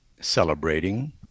celebrating